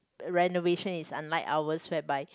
renovation is unlike ours whereby